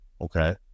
Okay